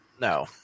No